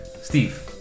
Steve